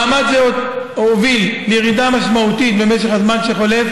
מאמץ זה הוביל לירידה משמעותית במשך הזמן שחולף